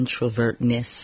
introvertness